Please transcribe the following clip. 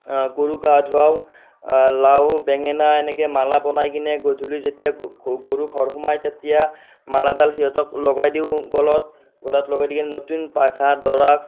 গৰুক গা ধুৱাওঁ লাও বেঙেনা এনেকৈ মালা বনাই কিনে গধূলি যেতিয়া গৰু ঘৰ সোমাই তেতিয়া মালাডাল সিহঁতক লগাই দিওঁ গলত গলত লগাই দি নতুন পঘা দৰাক